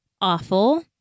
awful